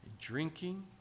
drinking